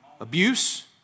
Abuse